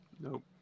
Nope